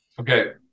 Okay